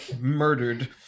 murdered